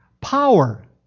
Power